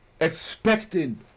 expecting